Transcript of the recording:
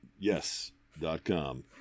yes.com